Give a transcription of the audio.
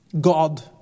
God